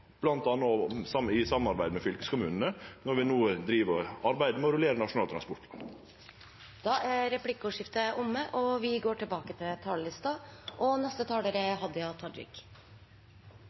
i samarbeidet med fylkeskommunane når vi no arbeidar med å rullere Nasjonal transportplan. Dermed er replikkordskiftet omme.